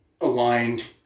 aligned